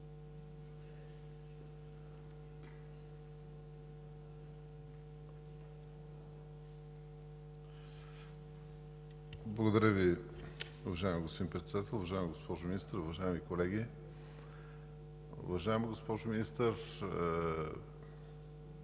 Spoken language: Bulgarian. Благодаря Ви. Уважаеми господин Председател, уважаема госпожо Министър, уважаеми колеги! Уважаема госпожо Министър,